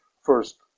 first